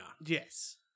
Yes